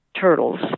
turtles